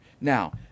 Now